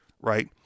right